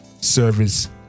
service